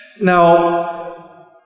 Now